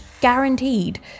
guaranteed